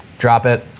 drop it.